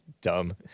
Dumb